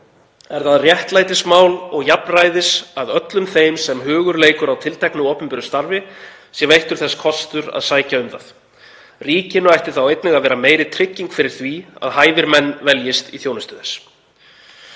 „Er það réttlætismál og jafnræðis, að öllum þeim sem hugur leikur á tilteknu opinberu starfi, sé veittur þess kostur að sækja um það. Ríkinu ætti þá einnig að vera meiri trygging fyrir því, að hæfir menn veljist í þjónustu